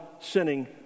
sinning